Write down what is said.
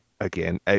again